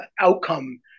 outcome